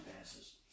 passes